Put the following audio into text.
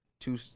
two